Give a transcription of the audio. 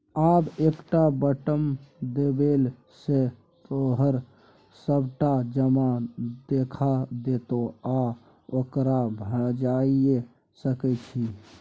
आब एकटा बटम देबेले सँ तोहर सभटा जमा देखा देतौ आ ओकरा भंजाइयो सकैत छी